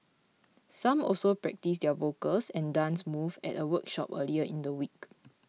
some also practised their vocals and dance moves at a workshop earlier in the week